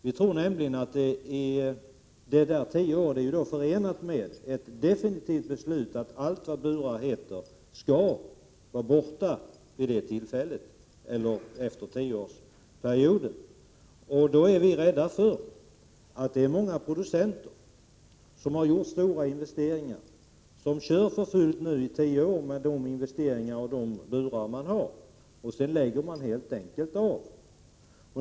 Vi tror nämligen att förslaget om denna tioårsperiod är förenat med att ett definitivt beslut kommer att fattas om att allt vad burar heter därefter skall vara borta. Vi är därför rädda för att många av de producenter som har gjort stora investeringar nu under en tioårsperiod kommer att köra för fullt med det system man har satsat på och därefter helt enkelt lägga av.